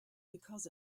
because